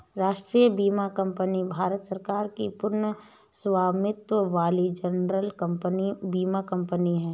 राष्ट्रीय बीमा कंपनी भारत सरकार की पूर्ण स्वामित्व वाली जनरल बीमा कंपनी है